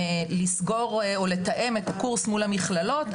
לסגור או לתאם את הקורס מול המכללות,